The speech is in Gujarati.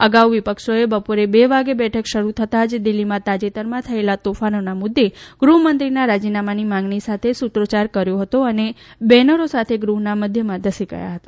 અગાઉ વિપક્ષોએ બપોરે બે વાગે બેઠક શરૂ થતાં જ દિલ્હીમાં તાજેતરમાં થયેલા તોફાનોના મુદ્દે ગૃહમંત્રીના રાજીનામાની માગણી સાથે સૂત્રોચ્યાર કર્યો હતો અને બેનરો સાથે ગૃહના મધ્યમાં ધસી ગયા હતા